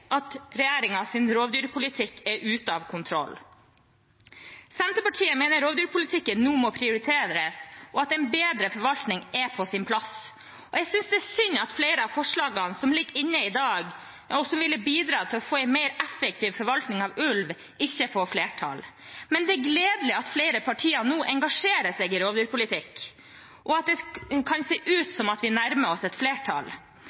at regjeringens rovdyrpolitikk er ute av kontroll. Senterpartiet mener rovdyrpolitikken nå må prioriteres, og at en bedre forvaltning er på sin plass. Jeg synes det er synd at flere av forslagene som ligger inne i dag, og som ville bidratt til å få en mer effektiv forvaltning av ulv, ikke får flertall. Men det er gledelig at flere partier nå engasjerer seg i rovdyrpolitikk, og at det kan se ut som at vi nærmer oss et flertall.